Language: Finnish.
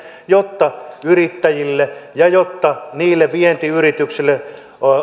jotta yrittäjille ja jotta niille vientiyrityksille